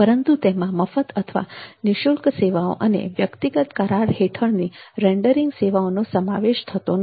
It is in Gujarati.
પરંતુ તેમાં મફત અથવા નિશુલ્ક સેવાઓ અને વ્યક્તિગત કરાર હેઠળની રેન્ડરીંગ સેવાઓનો સમાવેશ થતો નથી